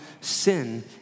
sin